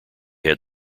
had